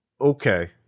Okay